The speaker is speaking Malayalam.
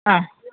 ആ